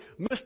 Mr